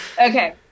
okay